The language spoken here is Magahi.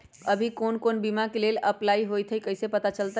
अभी कौन कौन बीमा के लेल अपलाइ होईत हई ई कईसे पता चलतई?